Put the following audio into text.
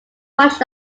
much